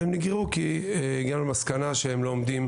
הם נגרעו כי הגענו למסקנה שהם לא עומדים